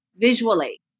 visually